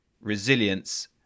resilience